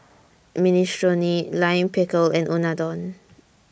Minestrone Lime Pickle and Unadon